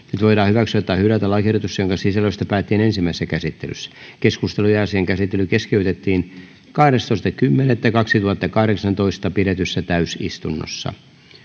nyt voidaan hyväksyä tai hylätä lakiehdotus jonka sisällöstä päätettiin ensimmäisessä käsittelyssä keskustelu ja asian käsittely keskeytettiin kahdestoista kymmenettä kaksituhattakahdeksantoista pidetyssä täysistunnossa